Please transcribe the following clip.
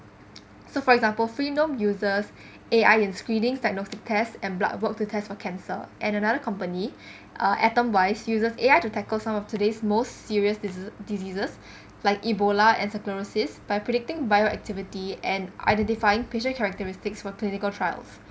so for example freenome uses A_I and screenings diagnostic tests and blood work to test for cancer and another company uh atomwise uses A_I to tackle some of today's most serious dis~ diseases like ebola and sclerosis by predicting bio activity and identifying patient characteristics for clinical trial